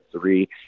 three